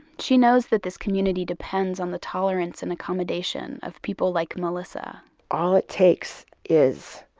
she knows that this community depends on the tolerance and accommodation of people like melissa all it takes is,